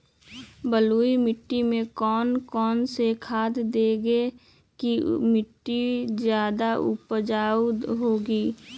बलुई मिट्टी में कौन कौन से खाद देगें की मिट्टी ज्यादा उपजाऊ होगी?